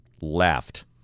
laughed